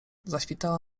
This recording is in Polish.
zaświtała